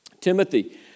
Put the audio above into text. Timothy